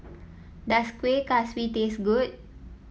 does Kueh Kaswi taste good